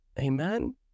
amen